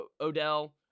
Odell